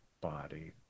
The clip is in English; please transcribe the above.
body